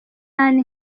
irani